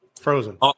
Frozen